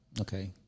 okay